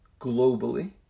globally